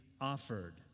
offered